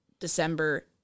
December